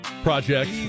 project